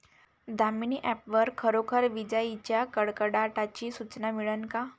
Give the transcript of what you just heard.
Damini app वर खरोखर विजाइच्या कडकडाटाची सूचना मिळन का?